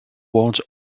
was